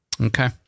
Okay